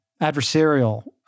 adversarial